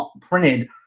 printed